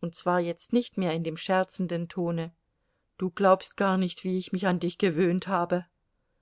und zwar jetzt nicht mehr in dem scherzenden tone du glaubst gar nicht wie ich mich an dich gewöhnt habe